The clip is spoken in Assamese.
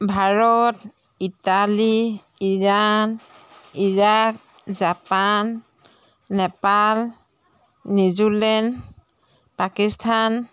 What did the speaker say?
Bharat Italy Iran Iraq Japan Nepal New Zealand Pakistan